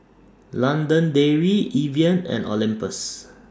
London Dairy Evian and Olympus